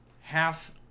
half